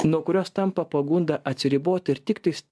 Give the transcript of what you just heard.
nuo kurios tampa pagunda atsiriboti ir tiktais